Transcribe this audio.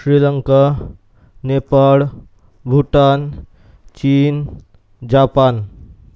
श्रीलंका नेपाळ भूटान चीन जापान